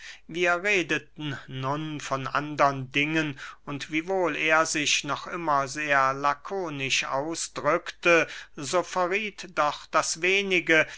wir redeten nun von andern dingen und wiewohl er sich noch immer sehr lakonisch ausdrückte so verrieth doch das wenige